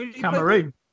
Cameroon